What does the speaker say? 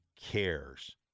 cares